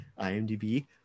IMDb